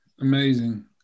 Amazing